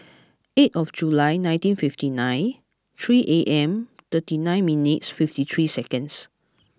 eight of July nineteen fifty nine three A M thirty nine minutes fifty three seconds